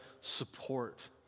support